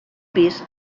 pis